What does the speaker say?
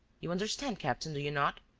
you understand, captain, do you not?